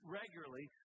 regularly